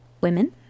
women